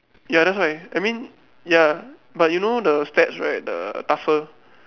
ya that's why I mean ya but you know the stats right the tussle